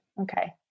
Okay